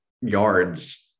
yards